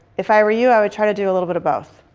if i were you, i would try to do a little bit of both.